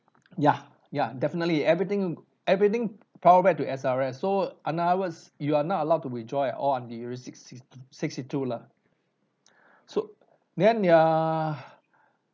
ya ya definitely everything everything powerback to S_R_S so another words you are not allowed to withdraw at all until you're six six sixty two lah so then ya